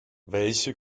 welche